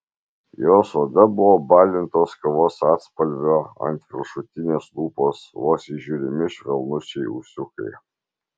jos oda buvo balintos kavos atspalvio ant viršutinės lūpos vos įžiūrimi švelnučiai ūsiukai